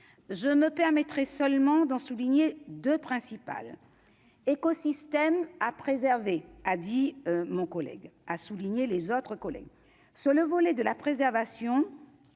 je me permettrais seulement d'en souligner 2 principales écosystème à préserver, a dit mon collègue a souligné les autres collègues sur le volet de la préservation,